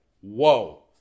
Whoa